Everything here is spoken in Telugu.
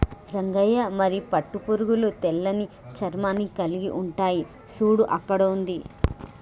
రంగయ్య మరి పట్టు పురుగులు తెల్లని చర్మాన్ని కలిలిగి ఉంటాయి సూడు అక్కడ ఉంది